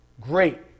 great